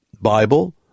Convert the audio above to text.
Bible